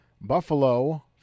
Buffalo